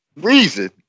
reason